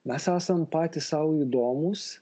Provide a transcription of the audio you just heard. mes esam patys sau įdomūs